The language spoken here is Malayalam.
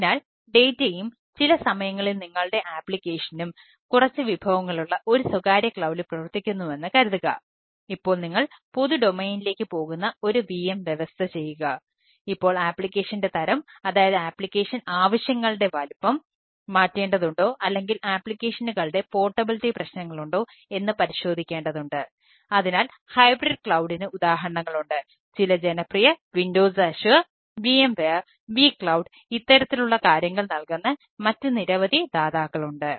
അതിനാൽ ഡാറ്റയും ഇത്തരത്തിലുള്ള കാര്യങ്ങൾ നൽകുന്ന മറ്റ് നിരവധി ദാതാക്കളുണ്ട്